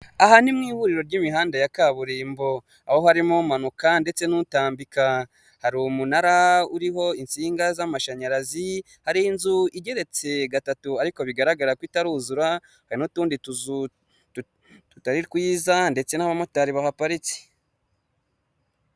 Aha ni mu ihuriro ry'imihanda ya kaburimbo, aho harimo umanuka ndetse n'utambika, hari umunara uriho insinga z'amashanyarazi, hari igeretse gatatu ariko bigaragara ko itaruzura, hari n'utundi tutari twiza ndetse n'abamotari bahaparitse.